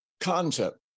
concept